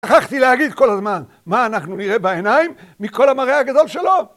שכחתי להגיד כל הזמן, מה אנחנו נראה בעיניים מכל המראה הגדול שלו.